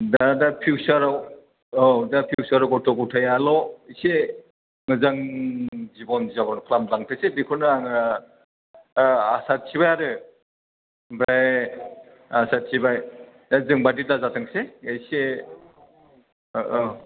दा दा फिउचारआव औ दा फिउचारआव गथ' गथायाल' एसे मोजां जिबन जाबर खालामलांथोंसै बेखौनो आङो दा आसा थिबाय आरो ओमफ्राय आसा थिबाय दा जों बादि दाजाथोंसै एसे औ